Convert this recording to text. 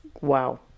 wow